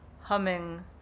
humming